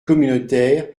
communautaire